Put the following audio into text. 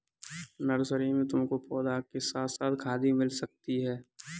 nursery में तुमको पौधों के साथ साथ खाद भी मिल सकती है